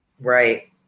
Right